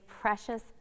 precious